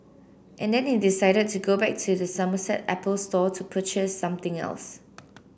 and then he decided to go back to the Somerset Apple Store to purchase something else